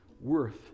worth